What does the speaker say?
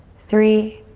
three,